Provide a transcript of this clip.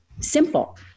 Simple